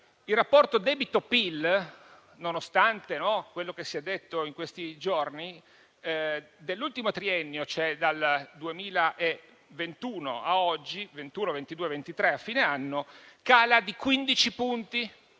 il rapporto debito-PIL, nonostante quello che si è detto in questi giorni, nell'ultimo triennio, cioè dal 2021 ad oggi, a fine 2023, cala di quindici